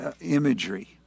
imagery